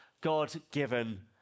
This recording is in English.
God-given